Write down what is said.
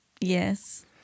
Yes